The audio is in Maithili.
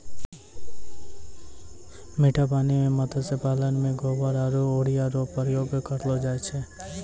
मीठा पानी मे मत्स्य पालन मे गोबर आरु यूरिया रो प्रयोग करलो जाय छै